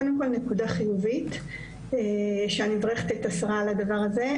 קודם כל נקודה חיובית שאני מברכת את השרה על הדבר הזה,